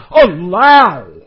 Allow